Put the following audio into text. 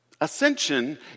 Ascension